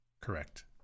Correct